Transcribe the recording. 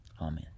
amen